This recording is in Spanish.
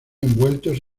envueltos